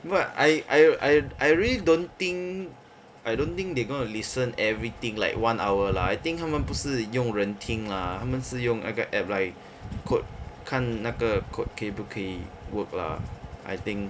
but I I I I really don't think I don't think they're gonna listen everything like one hour lah I think 他们不是用人听 lah 他们是用那个 app 来 code 看那个 code 可不可以 work lah I think